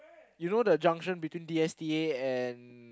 you know the junction between D_S_T_A and